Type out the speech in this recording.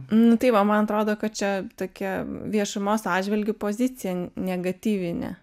nu tai va man atrodo kad čia tokia viešumos atžvilgiu pozicija negatyvinė